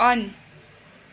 on